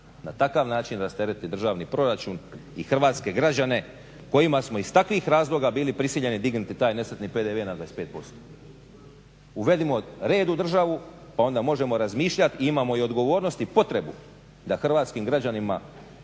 na takav način rasteretit državni proračun i hrvatske građane kojima smo iz takvih razloga bili prisiljeni dignuti taj nesretni PDV na 25%. Uvedimo red u državu, pa onda možemo razmišljat. I imamo i odgovornost i potrebu da hrvatskim građanima